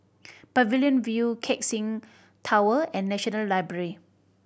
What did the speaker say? Pavilion View Keck Seng Tower and National Library